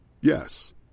Yes